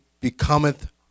becometh